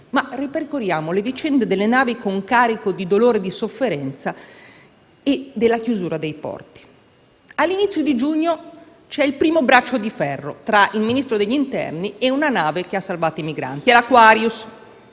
Ma ripercorriamo le vicende delle navi con carico di dolore e di sofferenza e della chiusura dei porti. All'inizio di giugno c'è il primo braccio di ferro tra il Ministro dell'interno e la nave Aquarius che ha salvato i migranti: la